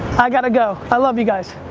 i gotta go. i love you guys.